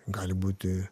gali būti